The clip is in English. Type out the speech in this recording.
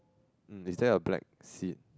um is there a black seat